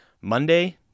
Monday